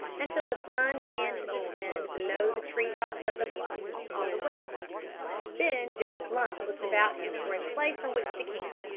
until the sun began to descend below the tree-tops of the bluffs on the west then joe blunt looked about him for a place on which to camp,